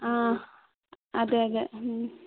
ആ അതെ അതെ